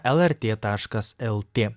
lrt taškas lt